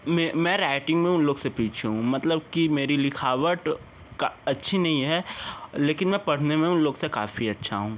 मै मैं राइटिंग में उन लोग से पीछे हूँ मतलब कि मेरी लिखावट क अच्छी नहीं है लेकिन मैं पढ़ने में उन लोग से काफ़ी अच्छा हूँ